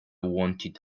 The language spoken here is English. wanted